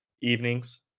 evenings